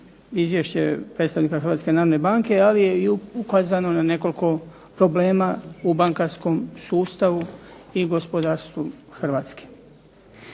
izvješće predstavnika Hrvatske narodne banke, ali je i ukazano na nekoliko problema u bankarskom sustavu i gospodarstvu Hrvatske.